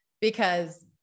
because-